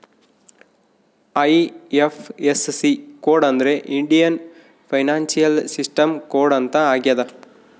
IFSC code ಅಂದ್ರೆ Indian financial system code ಅಂತ ಆಗ್ಯದ